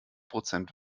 prozent